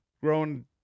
growing